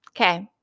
Okay